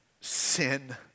sin